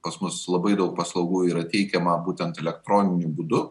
pas mus labai daug paslaugų yra teikiama būtent elektroniniu būdu